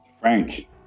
frank